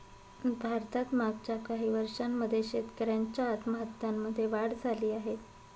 भारतात मागच्या काही वर्षांमध्ये शेतकऱ्यांच्या आत्महत्यांमध्ये वाढ झाली आहे